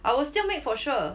I will still make for sure